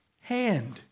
hand